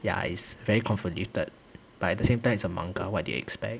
ya it's very convoluted but at the same time it's a manga what do you expect